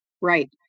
Right